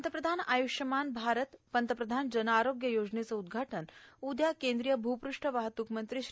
पंतप्रधान आय्रष्यमान भारत पंतप्रधान जन आरोग्य योजनेचे उद्घाटन उद्या केंद्रीय भूपष्ठ वाहतूक मंत्री श्री